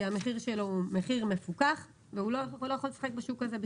המחיר שלו הוא מחיר מפוקח והוא בכלל לא יכול לשחק בשוק הזה,